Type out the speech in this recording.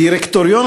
דירקטוריון,